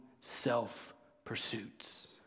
self-pursuits